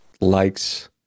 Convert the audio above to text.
likes